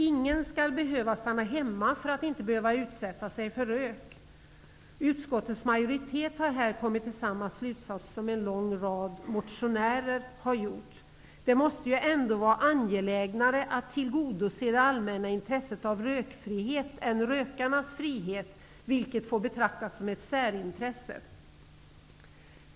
Ingen skall behöva stanna hemma för att inte behöva utsätta sig för rök. Utskottets majoritet har här kommit till samma slutsats som en lång rad motionärer. Det måste ändå vara angelägnare att tillgodose det allmänna intresset av rökfrihet än rökarnas frihet, vilken få betraktas som ett särintresse.